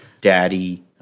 daddy